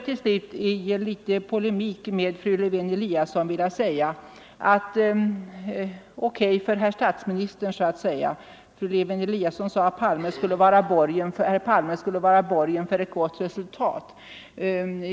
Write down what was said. Till sist vill jag polemisera litet mot fru Lewén-Eliasson, som sade att herr Palme borgade för ett gott resultat.